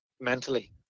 mentally